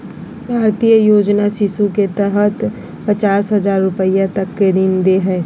भारतीय योजना शिशु के तहत पचास हजार रूपया तक के ऋण दे हइ